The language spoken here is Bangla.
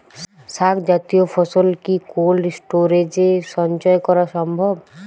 শাক জাতীয় ফসল কি কোল্ড স্টোরেজে সঞ্চয় করা সম্ভব?